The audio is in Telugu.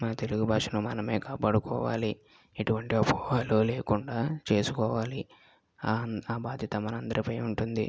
మన తెలుగు భాషను మనమే కాపాడుకోవాలి ఎటువంటి అపోహలు లేకుండా చేసుకోవాలి ఆ బాధ్యత మన అందరిపై ఉంటుంది